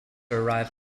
arrive